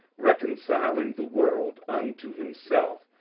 reconciling the world unto himself,